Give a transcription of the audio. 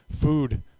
food